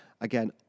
Again